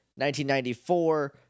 1994